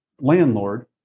landlord